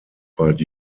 bald